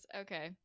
Okay